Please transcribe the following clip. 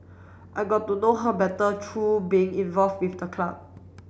I got to know her better through being involve with the club